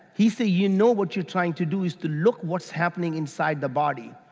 he say you know what you're trying to do is to look what's happening inside the body.